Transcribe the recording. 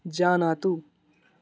जानातु